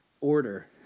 order